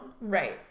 Right